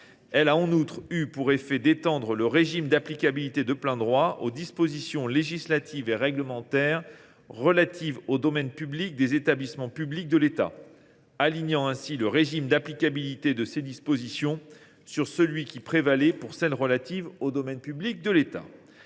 Elle a en outre permis d’étendre le régime d’applicabilité de plein droit aux dispositions législatives et réglementaires relatives au domaine public des établissements publics de l’État, alignant ainsi le régime d’applicabilité de ces dispositions sur celui qui prévalait pour le domaine public de l’État.